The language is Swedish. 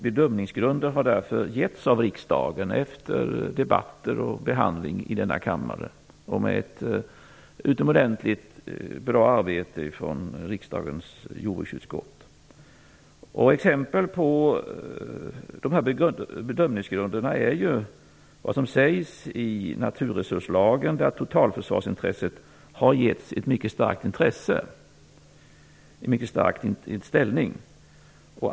Bedömningsgrunder har därför givits av riksdagen efter debatter och behandling i denna kammare och efter ett utomordentligt bra arbete av riksdagens jordbruksutskott. Exempel på dessa bedömningsgrunder är vad som sägs i naturresurslagen, där totalförsvarsintresset har givits en mycket stark ställning.